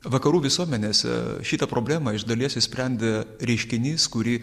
vakarų visuomenėse šitą problemą iš dalies išsprendė reiškinys kurį